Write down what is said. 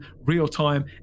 real-time